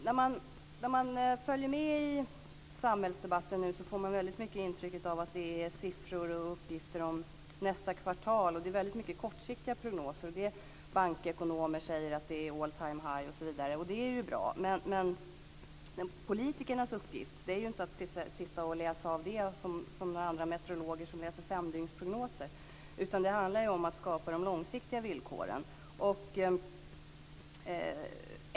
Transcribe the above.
När man följer med i samhällsdebatten får man intrycket av att det är siffror och uppgifter om nästa kvartal som gäller. Det är mycket kortsiktiga prognoser. Bankekonomer säger att det är all-time high osv. - och det är ju bra. Men politikernas uppgift är inte att sitta och läsa av detta som några andra meteorologer som läser femdygnsprognoser, utan det handlar om att skapa de långsiktiga villkoren.